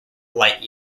light